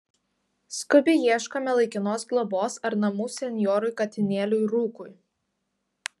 skubiai ieškome laikinos globos ar namų senjorui katinėliui rūkui